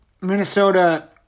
Minnesota